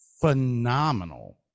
phenomenal